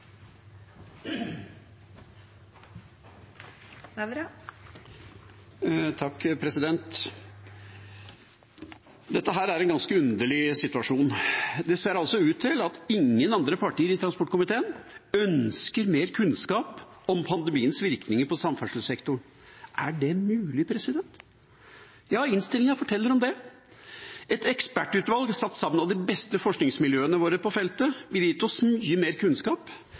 Dette er en ganske underlig situasjon. Det ser altså ut til at ingen andre partier i transportkomiteen ønsker mer kunnskap om pandemiens virkninger på samferdselssektoren. Er det mulig? Ja, innstillingen forteller det. Et ekspertutvalg satt sammen av de beste forskningsmiljøene våre på feltet ville gitt oss mye mer kunnskap